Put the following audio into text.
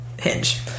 hinge